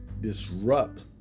disrupt